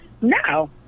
No